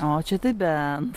o čia tai bent